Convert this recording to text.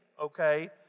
okay